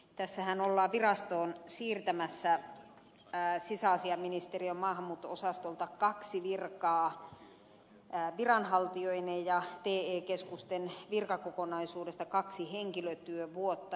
tässähän ollaan virastoon siirtämässä sisäasiainministeriön maahanmuutto osastolta kaksi virkaa viranhaltijoineen ja te keskusten virkakokonaisuudesta kaksi henkilötyövuotta